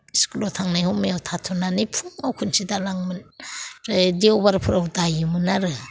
स्कुलाव थांनायाव मायाव थाथ'नानै फुङाव खनसे दालाङोमोन फ्राइ देवबारफोराव दायोमोन आरो